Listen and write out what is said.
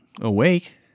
awake